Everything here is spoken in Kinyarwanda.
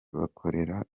bakorera